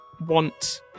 Want